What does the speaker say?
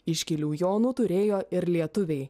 iškilių jono turėjo ir lietuviai